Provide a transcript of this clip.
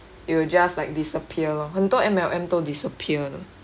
you will just like disappear lor 很多 M_L_M 都 disappear 了